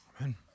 Amen